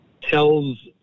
tells